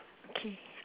okay